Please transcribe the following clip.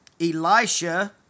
Elisha